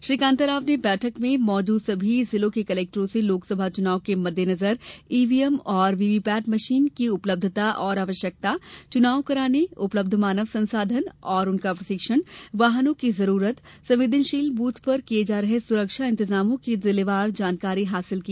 श्री कान्ताराव ने बैठक में मौजूद सभी जिलों के कलेक्टरों से लोकसभा चुनाव के मद्देनजर ईव्हीएम एवं व्हीव्हीपेट मशीन की उपलब्धता और आवश्यकता चुनाव कराने उपलब्ध मानव संसाधन एवं उनका प्रशिक्षण वाहनों की जरूरत संवेदनशील मतदान केन्द्रों पर किये जा रहे सुरक्षा इंतजामों की जिलेवार जानकारी प्राप्त की